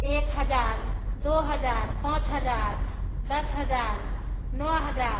एक हज़ार दो हज़ार पाँच हज़ार दस हज़ार नो हज़ार